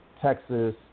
Texas